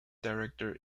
director